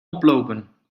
oplopen